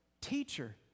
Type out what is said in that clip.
Teacher